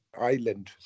island